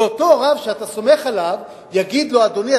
ואותו רב שאתה סומך עליו יגיד לו: אדוני,